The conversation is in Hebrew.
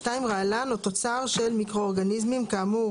(2) רעלן או תוצר של מיקרואורגניזם כאמור